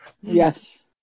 yes